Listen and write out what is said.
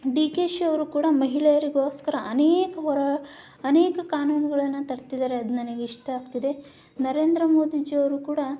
D K ಶಿಯವರು ಕೂಡ ಮಹಿಳೆಯರಿಗೋಸ್ಕರ ಅನೇಕ ಹೋರ ಅನೇಕ ಕಾನೂನುಗಳನ್ನು ತರ್ತಿದ್ದಾರೆ ಅದು ನನಗೆ ಇಷ್ಟ ಆಗ್ತಿದೆ ನರೇಂದ್ರ ಮೋದಿಜೀಯವರು ಕೂಡ